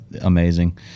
Amazing